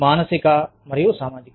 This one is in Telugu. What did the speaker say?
మానసిక మరియు సామాజిక